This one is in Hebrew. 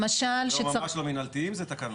למשל --- לא, ממש לא מנהלתיים, זה תקנות.